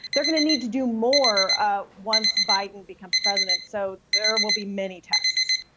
they're going to need to do more once biden becomes president. so, there will be many tests.